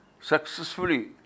successfully